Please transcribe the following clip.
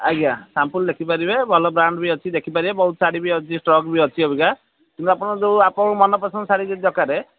ଆଜ୍ଞା ସାମ୍ପଲ୍ ଦେଖିପାରିବେ ଭଲ ବ୍ରାଣ୍ଡ ବି ଅଛି ଦେଖିପାରିବେ ବହୁତ ଶାଢ଼ୀ ବି ଅଛି ଷ୍ଟକ୍ ବି ଅଛି ଅବିକା ଆପଣଙ୍କର ଯେଉଁ ମନପସନ୍ଦର ଶାଢ଼ୀ ଯଦି ଦରକାର